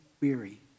weary